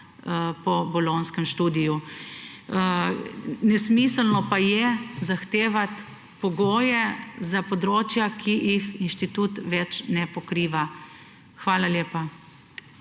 po bolonjskem študiju. Nesmiselno pa je zahtevati pogoje za področja, ki jih inštitut več ne pokriva. Hvala lepa.